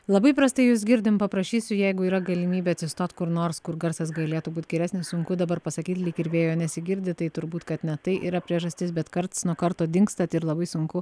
labai prastai jus girdim paprašysiu jeigu yra galimybė atsistot kur nors kur garsas galėtų būt geresnis sunku dabar pasakyt lyg ir vėjo nesigirdi tai turbūt kad ne tai yra priežastis bet karts nuo karto dingstat ir labai sunku